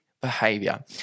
behavior